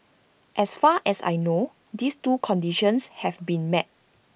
as far as I know these two conditions have been met